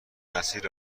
مسیر